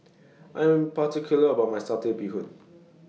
I Am particular about My Satay Bee Hoon